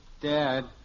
Dad